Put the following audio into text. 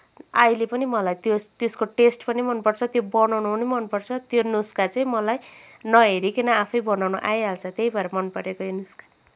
अहिले पनि मलाई त्यो त्यसको टेस्ट पनि मनपर्छ त्यो बनाउन पनि मनपर्छ त्यो नुस्खा चाहिँ मलाई नहेरिकन आफै बनाउन आइहाल्छ त्यही भएर मनपरेको यो नुस्खा